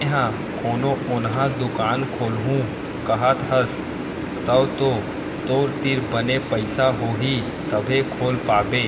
तेंहा कोनो ओन्हा दुकान खोलहूँ कहत हस तव तो तोर तीर बने पइसा होही तभे खोल पाबे